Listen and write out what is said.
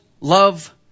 love